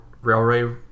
railway